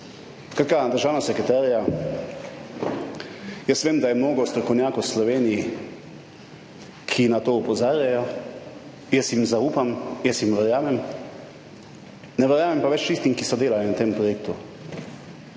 Skratka, državna sekretarja, jaz vem, da je mnogo strokovnjakov v Sloveniji, ki na to opozarjajo, jaz jim zaupam, jaz jim verjamem, ne verjamem pa več tistim, ki so delali na tem projektu.